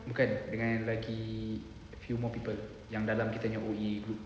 bukan dengan zaki a few more people yang dalam kita punya O_E group